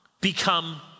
become